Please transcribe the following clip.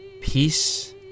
Peace